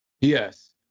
Yes